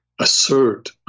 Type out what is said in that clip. assert